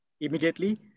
immediately